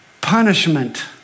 punishment